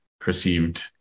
perceived